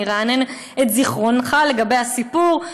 אני ארענן את זיכרונך לגבי הסיפור,